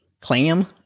clam